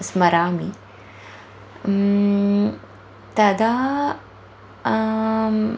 स्मरामि तदा